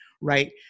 right